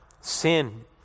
Sin